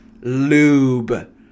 lube